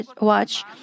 watch